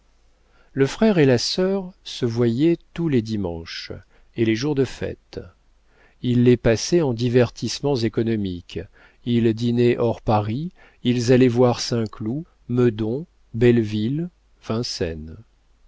le frère et la sœur se voyaient tous les dimanches et les jours de fête ils les passaient en divertissements économiques ils dînaient hors paris ils allaient voir saint-cloud meudon belleville vincennes